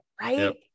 Right